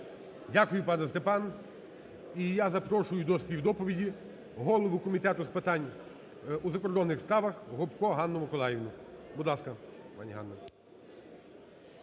Дякую, пане Степан. І я запрошую до співдоповіді голову Комітету з питань... у закордонних справах Гопко Ганну Миколаївну. Будь ласка, пані Ганна.